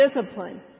discipline